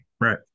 Right